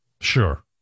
sure